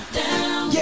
down